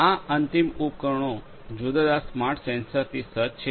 આ અંતિમ ઉપકરણો જુદા જુદા સ્માર્ટ સેન્સર્સથી સજ્જ છે